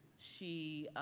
she